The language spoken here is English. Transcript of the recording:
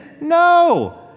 No